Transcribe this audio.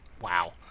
Wow